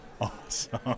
Awesome